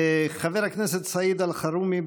חבר הכנסת סעיד אלחרומי,